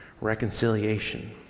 reconciliation